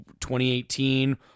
2018